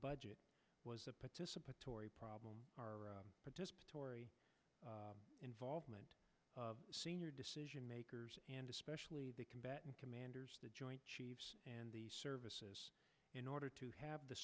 budget was a participatory problem our participatory involvement senior decision makers and especially the combatant commanders the joint chiefs and the services in order to have the